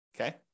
Okay